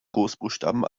großbuchstaben